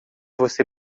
você